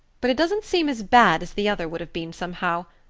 but it doesn't seem as bad as the other would have been, somehow,